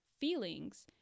feelings